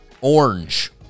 orange